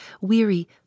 weary